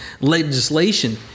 legislation